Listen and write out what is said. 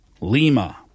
Lima